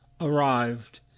arrived